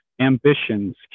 ambitions